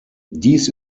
dies